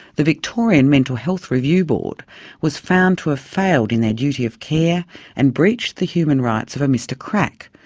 the victorian mental health review board was found to have ah failed in their duty of care and breached the human rights of a mr kracke,